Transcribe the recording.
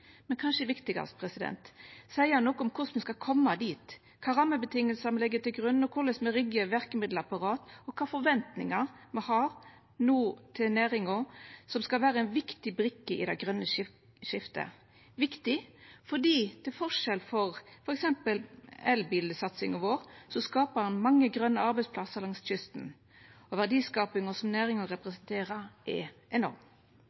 Men – kanskje viktigast – meldinga seier òg noko om korleis me skal koma dit, kva rammevilkår me legg til grunn, korleis me riggar verkemiddelapparatet, og kva forventningar me no har til næringa som skal vera ei viktig brikke i det grøne skiftet – viktig fordi næringa, til forskjell frå f.eks. elbilsatsinga vår, skapar mange grøne arbeidsplassar langs kysten. Verdiskapinga som næringa representerer, er enorm.